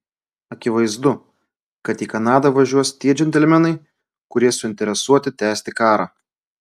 akivaizdu kad į kanadą važiuos tie džentelmenai kurie suinteresuoti tęsti karą